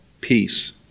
peace